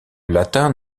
latin